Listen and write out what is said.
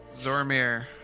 Zormir